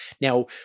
Now